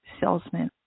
Salesman